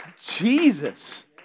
jesus